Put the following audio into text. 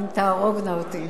הן תהרוגנה אותי.